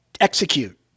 Execute